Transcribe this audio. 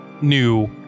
new